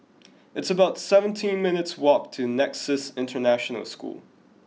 it's about seventeen minutes' walk to Nexus International School